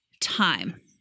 time